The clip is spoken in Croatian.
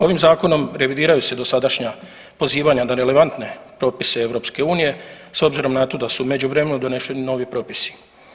Ovim zakonom revidiraju se dosadašnja pozivanja na relevantne propise EU s obzirom na to da su u međuvremenu doneseni novi propisi.